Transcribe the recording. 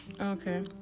Okay